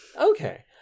Okay